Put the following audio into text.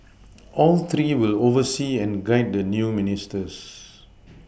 all three will oversee and guide the new Ministers